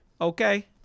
okay